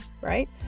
right